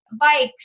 bikes